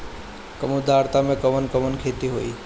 कम आद्रता में कवन कवन खेती होई?